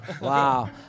Wow